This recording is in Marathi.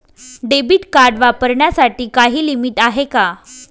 डेबिट कार्ड वापरण्यासाठी काही लिमिट आहे का?